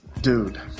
Dude